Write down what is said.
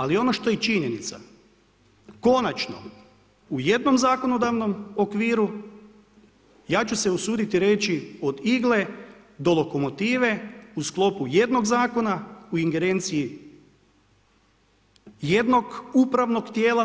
Ali ono što je činjenica konačno u jednom zakonodavnom okviru, ja ću se usuditi reći od igle do lokomotive u sklopu jednog zakona u ingerenciji jednog upravnog tijela